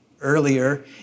earlier